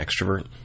extrovert